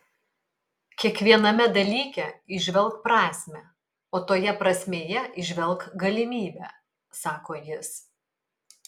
kiekviename dalyke įžvelk prasmę o toje prasmėje įžvelk galimybę sako jis